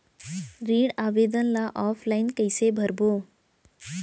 ऋण आवेदन ल ऑफलाइन कइसे भरबो?